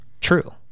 true